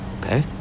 Okay